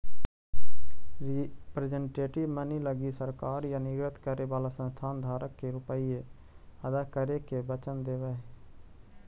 representative money लगी सरकार या निर्गत करे वाला संस्था धारक के रुपए अदा करे के वचन देवऽ हई